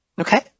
Okay